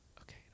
Okay